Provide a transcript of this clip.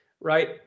Right